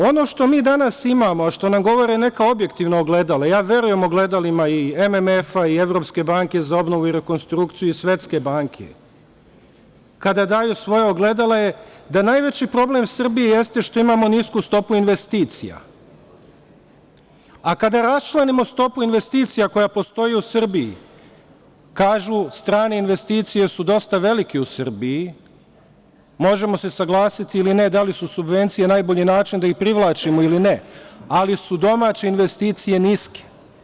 Ono što mi danas imamo, a što nam govore neka objektivna ogledala, ja verujem ogledalima i MMF-a i Evropske banke za obnovu i rekonstrukciju i Svetske banke, kada daju svoja ogledala, da najveći problem Srbije jeste što imamo nisku stopu investicija, a kada raščlanimo stopu investicija koja postoji u Srbiji, kažu, strane investicije su dosta velike u Srbiji, možemo se saglasiti ili ne da li su subvencije najbolji način da ih privlačimo ili ne, ali su domaće investicije niske.